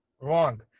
Wrong